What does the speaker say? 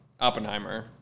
Oppenheimer